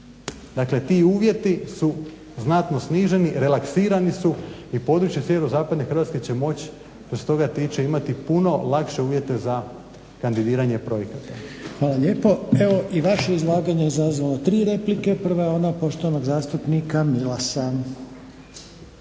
Dakle, ti uvjeti su znatno sniženi, relaksirani su i područje sjeverozapadne Hrvatske će moći što se toga tiče imati puno lakše uvjete za kandidiranje projekata. **Reiner, Željko (HDZ)** Hvala lijepo. Evo i vaše izlaganje je izazvalo tri replike. Prva je ona poštovanog zastupnika Milasa.